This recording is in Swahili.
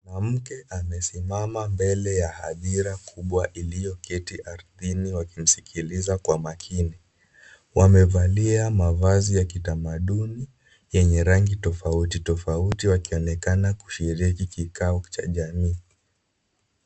Mwanamke amesimama mbele ya hadhira kubwa iliyoketi ardhini wakimsikiliza kwa makini. Wamevalia mavazi ya kitamaduni yenye rangi tofauti tofauti wakionekana kushiriki kikao cha jamii.